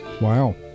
Wow